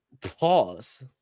Pause